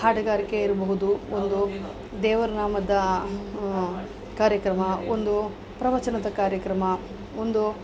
ಹಾಡುಗಾರಿಕೆ ಇರಬಹುದು ಒಂದು ದೇವರ ನಾಮದ ಕಾರ್ಯಕ್ರಮ ಒಂದು ಪ್ರವಚನದ ಕಾರ್ಯಕ್ರಮ ಒಂದು